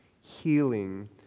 healing